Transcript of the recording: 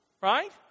right